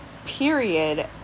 period